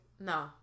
No